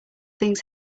things